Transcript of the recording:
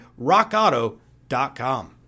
rockauto.com